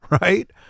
right